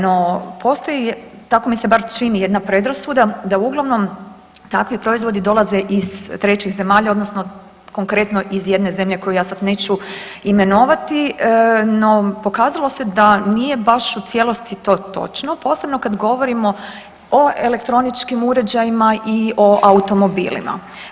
No, postoji tako mi se bar čini jedna predrasuda da uglavnom takvi proizvodi dolaze iz trećih zemalja odnosno iz jedne zemlje koju ja sad neću imenovati, no, pokazalo se da nije baš u cijelosti to točno, posebno kad govorimo o elektroničkim uređajima i o automobilima.